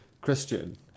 Christian